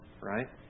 right